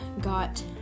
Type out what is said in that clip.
got